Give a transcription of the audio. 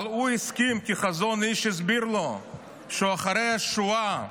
אבל הוא הסכים, כי חזון איש הסביר לו שאחרי השואה,